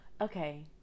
Okay